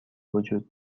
وجود